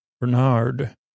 Bernard